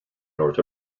north